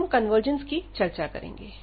अब हम कन्वर्जेंस की चर्चा करेंगे